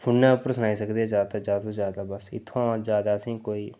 फोनै उप्पर सनाई सकदे हे जैदा तों जैदा बस इत्थुआं जैदा असें गी कोई